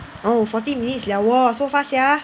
oh forty minutes liao wor so fast sia